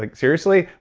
like seriously.